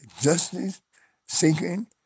justice-seeking